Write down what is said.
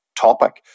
topic